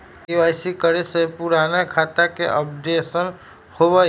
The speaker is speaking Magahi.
के.वाई.सी करें से पुराने खाता के अपडेशन होवेई?